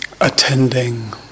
attending